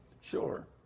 Sure